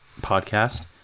podcast